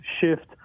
shift